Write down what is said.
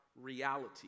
reality